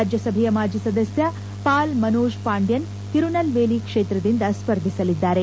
ರಾಜ್ಯ ಸಭೆಯ ಮಾಜಿ ಸದಸ್ಯ ವಾಲ್ ಮನೋಜ್ ಪಾಂಡ್ಯನ್ ತಿರುನಲ್ವೇಲಿ ಕ್ಷೇತ್ರದಿಂದ ಸ್ಪರ್ಧಿಸಲಿದ್ದಾರೆ